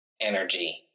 energy